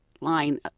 line